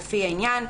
לפי העניין.".